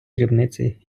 дрібниці